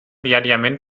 diàriament